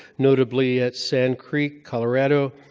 notably at sand creek, colorado,